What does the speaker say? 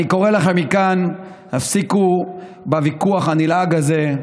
אני קורא לכם מכאן: הפסיקו את הוויכוח הנלעג הזה.